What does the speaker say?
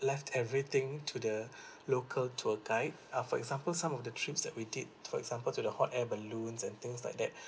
left everything to the local tour guide uh for example some of the trips that we did for example to the hot air balloons and things like that